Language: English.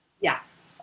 Yes